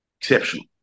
Exceptional